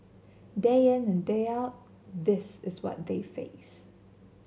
day in and day out this is what they face